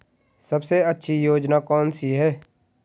सबसे अच्छी योजना कोनसी है?